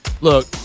look